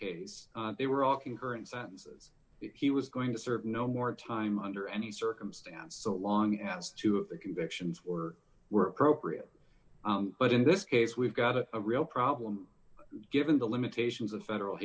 case they were all concurrent sentences he was going to serve no more time under any circumstance so long as two of the convictions or were appropriate but in this case we've got a real problem given the limitations of federal